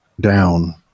down